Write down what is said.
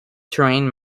terrain